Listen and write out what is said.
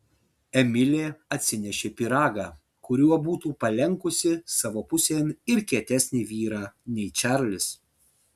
emilė atsinešė pyragą kuriuo būtų palenkusi savo pusėn ir kietesnį vyrą nei čarlis